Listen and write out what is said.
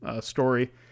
Story